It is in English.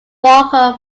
barker